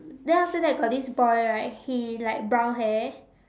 then after that got this boy right he like brown hair